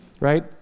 Right